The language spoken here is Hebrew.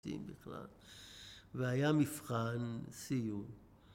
והיה מבחן סיום.